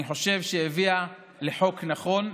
אני חושב שהביאה לחוק נכון,